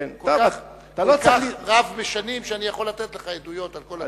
אני כל כך רב בשנים שאני יכול לתת לך עדויות על כל התקופות.